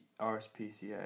RSPCA